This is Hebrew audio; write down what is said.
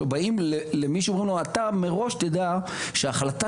שבאים למישהו ואומרים לו: אתה מראש תדע שההחלטה